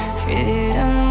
freedom